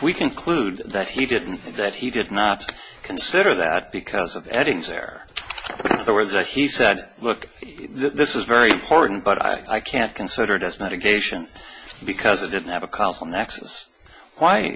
we conclude that he didn't that he did not consider that because of eddings there there was a he said look this is very important but i can't consider this medication because it didn't have a